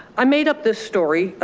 i made up this story,